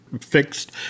fixed